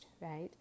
right